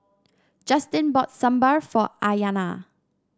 Justin bought Sambar for Aiyana